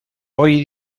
hoy